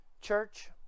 Church